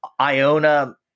Iona